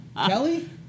Kelly